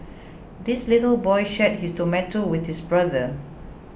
the little boy shared his tomato with his brother